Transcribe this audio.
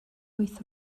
wyth